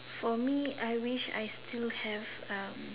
for me I wish I still have